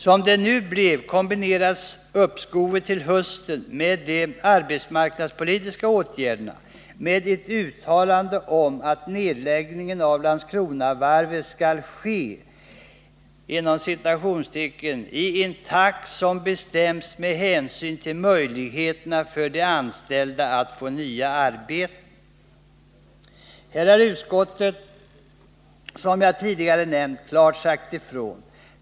Som det nu blev, kombineras uppskovet med de arbetsmarknadspolitiska åtgärderna till hösten med ett uttalande om att nedläggningen av Landskronavarvet skall ske ”i en takt som bestäms med hänsyn till möjligheterna för de anställda att få nya arbeten”. Som jag tidigare nämnt har utskottet här klart sagt ifrån.